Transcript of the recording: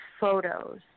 photos